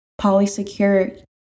polysecure